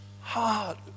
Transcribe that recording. heart